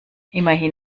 immerhin